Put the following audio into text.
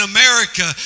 America